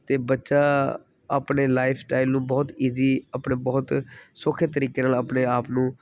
ਤਾਂ ਬੱਚਾ ਆਪਣੇ ਲਾਈਫ ਸਟਾਈਲ ਨੂੰ ਬਹੁਤ ਈਜ਼ੀ ਆਪਣੇ ਬਹੁਤ ਸੌਖੇ ਤਰੀਕੇ ਨਾਲ ਆਪਣੇ ਆਪ ਨੂੰ